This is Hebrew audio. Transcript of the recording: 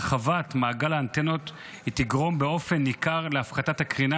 הרחבת מעגל האנטנות תגרום להפחתת הקרינה